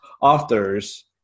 authors